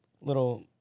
little